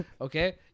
okay